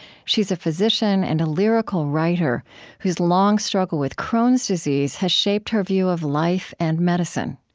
she's a physician and a lyrical writer whose long struggle with crohn's disease has shaped her view of life and medicine.